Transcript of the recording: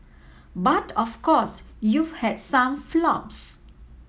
but of course you've had some flops